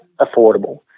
affordable